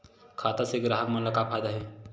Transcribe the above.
खाता से ग्राहक मन ला का फ़ायदा हे?